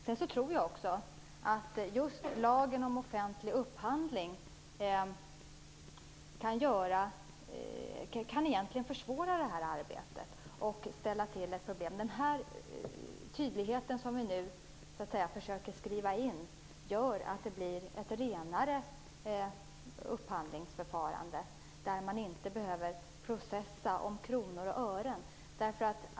Sedan tror jag att just lagen om offentlig upphandling egentligen kan försvåra det här arbetet och ställa till med problem. Den tydlighet som vi nu försöker skriva in gör att det blir ett renare upphandlingsförfarande där man inte behöver processa om kronor och ören.